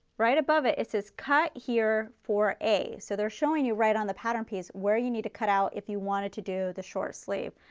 right above it, it says cut here for a, so they are showing you right on the pattern piece where you need to cut out if you wanted to do the short sleeve.